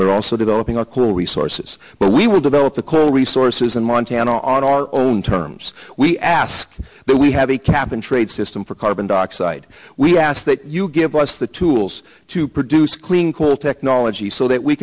we're also developing a clear resources but we will develop the coal resources in montana on our own terms we ask that we have a cap and trade system for carbon dioxide we that you give us the tools to produce clean coal technology so that we